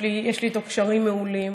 יש לי איתו קשרים מעולים.